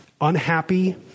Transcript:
Unhappy